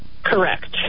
Correct